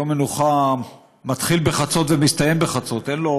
יום מנוחה מתחיל בחצות ומסתיים בחצות, אין לו